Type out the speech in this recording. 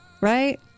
right